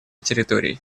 территорий